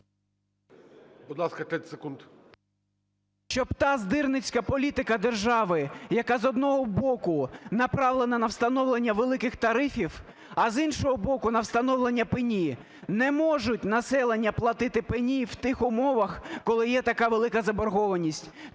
…щоб та здирницька політика держави, яка, з одного боку, направлена на встановлення великих тарифів, а, з іншого боку, на встановлення пені. Не може населення платити пені в тих умовах, коли є така велика заборгованість.